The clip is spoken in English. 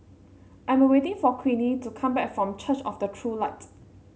I'm awaiting for Queenie to come back from Church of the True Light